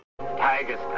Tiger's